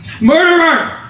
Murderer